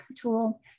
tool